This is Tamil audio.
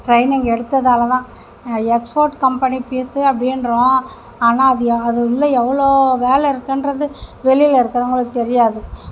ட்ரைனிங் எடுத்ததால் தான் எக்ஸ்போர்ட் கம்பெனி பீஸு அப்படின்றோம் ஆனால் அது அது உள்ளே எவ்வளோ வேலை இருக்குன்றது வெளியில் இருக்கிறவங்களுக்கு தெரியாது